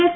S